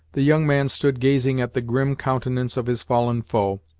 the young man stood gazing at the grim countenance of his fallen foe,